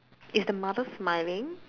is the mother smiling